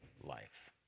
life